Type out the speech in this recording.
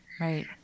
right